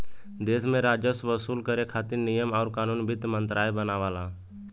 देश में राजस्व वसूल करे खातिर नियम आउर कानून वित्त मंत्रालय बनावला